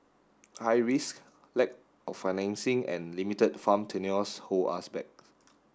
high risk lack of financing and limited farm tenures hold us back